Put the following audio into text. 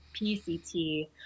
PCT